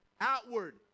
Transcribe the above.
Outward